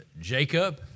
Jacob